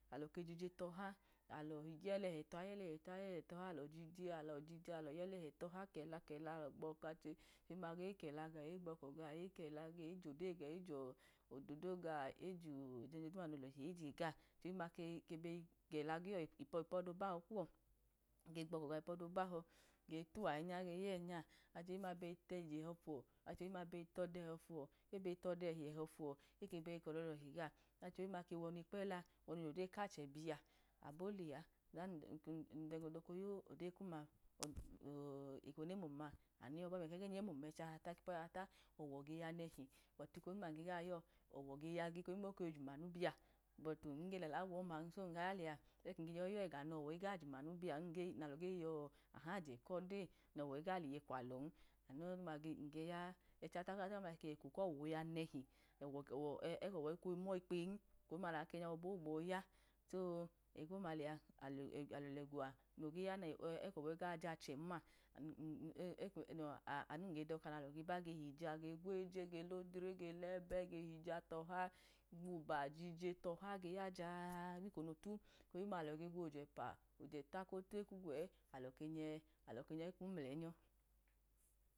Alọke jije tọha alọ yẹ yẹla ẹhẹ to̱ha yẹla to̱ha, kẹla kẹla alọ gbọkọ achohim ma ge kela gaọ alọ jiji tọha, ekela gaọ ejọdeyi gaọ eji yodo gaọ ọda duma no luwa otu eje gaọ achohi kẹla giyọ ipido bahọ kuwọ achohigbọkọ gaọ ipoda bahọ getiwo achnya be nya, achohim ma be tye ẹhọ fuwọ achohim-ma to̱da ẹhọ guwọ ebẹ todẹhi ẹhọ fuwọ, ebe toda ẹhẹ gaọ achohim-ma wonipẹla ojodeyi kachẹ biya, abolẹ a eko duma num dọla yodeyi kumma, ọ ọ ọ, eko ne mum ma ẹchi ahata kipu ọyahata, eko ọma ọwọ geyu nchi, eko duma num dọka yodeyi kum ma ọwọ geya oge jum amu biya, nge lẹla wọma, bo̱ti eko duma mun ga ya lẹa, n ge gẹga noge jum amu byan, nge yẹhajẹ kodeyi nọwọ iga lije kwalọn, amu ọma num ge ya ipu oya ahata ọma weko kọwọ oya nẹhi, ọwọ ike mọ ikpeyi eko duma nagbọ bọbu ogbo ya, po! Ẹgoma lẹa alọ lẹga oba nọwọ iya jachẹm ma uh uh uh ah ah amum ge dọka nalọ geba ge hiya, ge gwye, ge lẹbẹ, ge lodre, ge huja tohn, gwuba jije tọha ge ya jaa, gbeko notu ojepa, ojẹta kọtu kwube ẹ alọ ke nye alọ ke nyẹ imleyi nyọ.